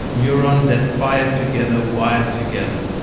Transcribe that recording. neurons that fire together, wire together.